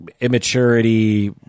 Immaturity